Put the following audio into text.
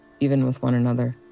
even with one another.